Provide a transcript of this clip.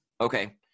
okay